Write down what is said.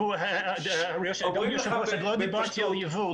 היושב-ראש, אני לא דיברתי על ייבוא.